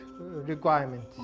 requirements